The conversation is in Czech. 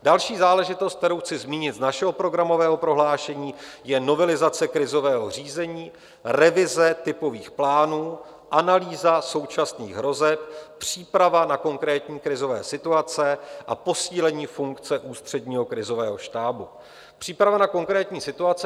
Další záležitost, kterou chci zmínit z našeho programového prohlášení, je novelizace krizového řízení, revize typových plánů, analýza současných hrozeb, příprava na konkrétní krizové situace a posílení funkce ústředního krizového štábu, příprava na konkrétní situace.